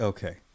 Okay